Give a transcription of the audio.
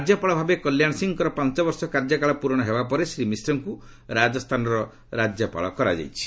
ରାଜ୍ୟପାଳ ଭାବେ କଲ୍ୟାଣ ସିଂହଙ୍କର ପାଞ୍ଚ ବର୍ଷ କାର୍ଯ୍ୟକାଳ ପୂରଣ ହେବା ପରେ ଶ୍ରୀ ମିଶ୍ରଙ୍କୁ ରାଜସ୍ଥାନର ରାଜ୍ୟପାଳ କରାଯାଇଛି